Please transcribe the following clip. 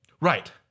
Right